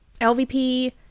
LVP